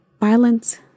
violence